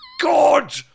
god